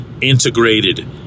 integrated